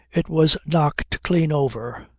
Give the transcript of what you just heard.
it was knocked clean over.